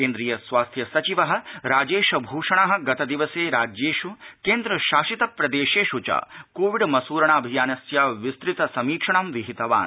केन्द्रीय स्वास्थ्य सचिवः राजेश भूषणः गतदिवसे राज्येषु केन्द्र शासित प्रदेशेष् च कोविड् मसूरणाऽभियानस्य विस्तृत समीक्षणं विहितवान्